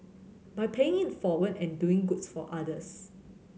by paying it forward and doing good for others